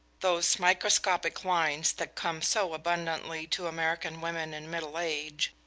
those microscopic lines that come so abundantly to american women in middle age,